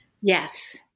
Yes